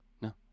No